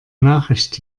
nachricht